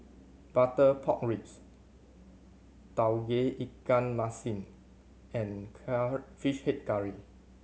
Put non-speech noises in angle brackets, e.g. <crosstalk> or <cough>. butter pork ribs Tauge Ikan Masin and <unintelligible> Fish Head Curry